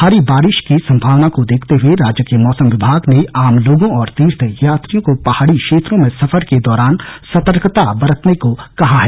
भारी बारिश की संभावना को देखते हुए राज्य के मौसम विभाग ने आम लोगों और तीर्थयात्रियों को पहाड़ी क्षेत्रों में सफर के दौरान सतर्कता बरतने को कहा है